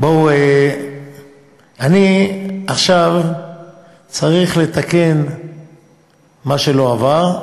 אני עכשיו צריך לתקן מה שלא עבר,